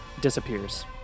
disappears